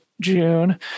June